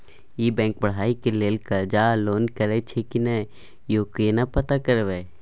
ई bank पढ़ाई के लेल कर्ज आ लोन करैछई की नय, यो केना पता करबै?